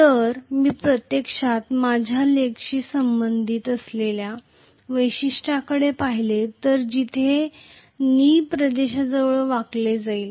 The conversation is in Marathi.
तर मी प्रत्यक्षात माझ्या लेगशी संबंधित असलेल्या वैशिष्ट्यांकडे पाहिले तर जिथे ते कनी प्रदेशाजवळ वाकले जाईल